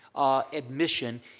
admission